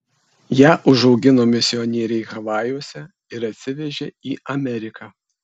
ją užaugino misionieriai havajuose ir atsivežė į ameriką